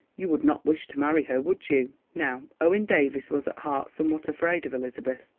you would not wish to marry her, would you? now owen davies was at heart somewhat afraid of elizabeth,